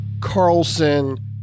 Carlson